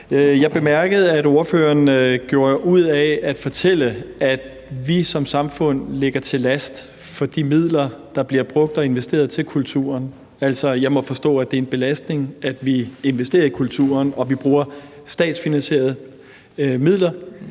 Jeg bemærkede, at ordføreren gjorde meget ud af at fortælle, at vi som samfund er en belastning i forhold til de midler, der bliver brugt og investeret i kulturen. Altså, jeg må forstå, at det er en belastning, at vi investerer i kulturen, og at vi bruger statsfinansierede midler